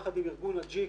יחד עם ארגון אג'יק,